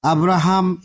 Abraham